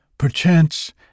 Perchance